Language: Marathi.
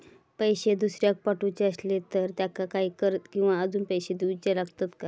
पैशे दुसऱ्याक पाठवूचे आसले तर त्याका काही कर किवा अजून पैशे देऊचे लागतत काय?